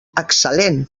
excel·lent